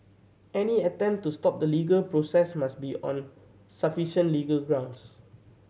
any attempt to stop the legal process must be on sufficient legal grounds